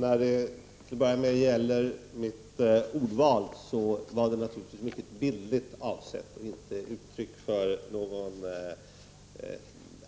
Fru talman! Till att börja med vill jag säga något om mitt ordval. Naturligtvis handlar det om ett bildligt uttryck. Ordvalet var inte uttryck för någon